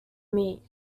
meat